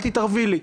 אל תתערבי לי,